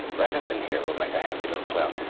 right up in here we'll make a happy little cloud.